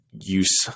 use